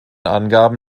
angaben